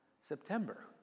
September